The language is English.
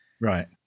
right